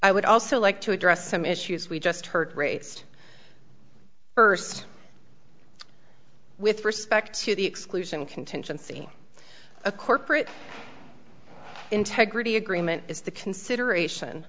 i would also like to address some issues we just heard rates first with respect to the exclusion contingency a corporate integrity agreement is the consideration